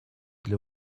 для